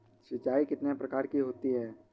सिंचाई कितनी प्रकार की होती हैं?